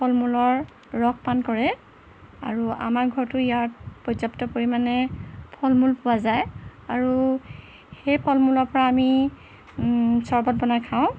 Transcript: ফল মূলৰ ৰস পান কৰে আৰু আমাৰ ঘৰতো ইয়াত পৰ্যাপ্ত পৰিমাণে ফল মূল পোৱা যায় আৰু সেই ফল মূলৰপৰা আমি চৰ্বত বনাই খাওঁ